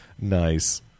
Nice